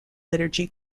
liturgy